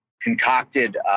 concocted